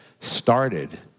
started